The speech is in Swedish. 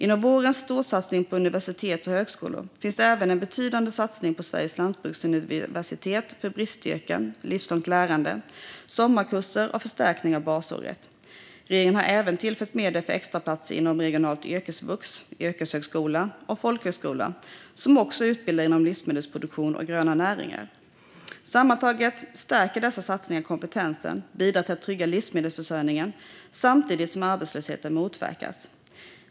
Inom vårens storsatsning på universitet och högskolor finns även en betydande satsning på Sveriges lantbruksuniversitet för bristyrken, livslångt lärande, sommarkurser och förstärkning av basåret. Regeringen har även tillfört medel för extra platser inom regionalt yrkesvux, yrkeshögskolan och folkhögskolan som också utbildar inom livsmedelsproduktion och gröna näringar. Sammantaget stärker dessa satsningar kompetensen och bidrar till att trygga livsmedelsförsörjningen samtidigt som arbetslösheten motverkas.